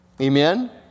Amen